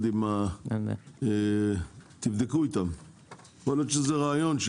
יכול להיות שזה רעיון,